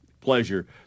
pleasure